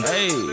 Hey